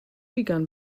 begun